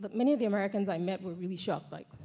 but many of the americans i met were really shocked. like,